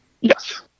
Yes